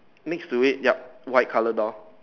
next to it yup white color door